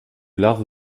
larves